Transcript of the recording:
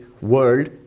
world